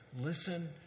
Listen